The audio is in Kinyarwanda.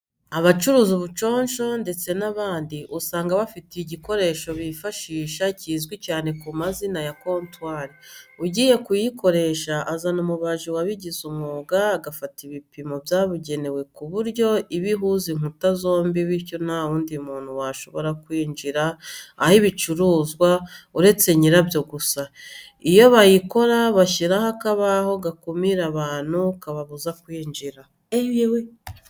Abacuruza ubuconsho ndetse n'abandi, usanga bafite igikoresho bifashisha kizwi cyane ku mazina ya kontwari. Ugiye kuyikoresha azana umubaji wabigize umwuga, agafata ibipimo byabugenewe ku buryo iba ihuza inkuta zombi bityo nta wundi muntu washobora kwinjira ahari ibicuruzwa uretse nyibabyo gusa. Iyo bayikora, bashyiraho akabaho gakumira abantu kakababuza kwinjira.